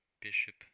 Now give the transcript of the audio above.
bishop